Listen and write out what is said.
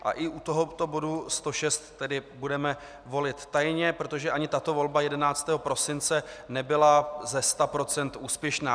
I u tohoto bodu 106 budeme volit tajně, protože ani tato volba 11. prosince nebyla ze sta procent úspěšná.